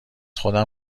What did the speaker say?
خودم